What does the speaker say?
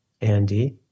Andy